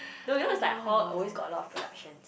know you know it's like hall always got a lot of productions